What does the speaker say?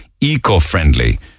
eco-friendly